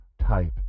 type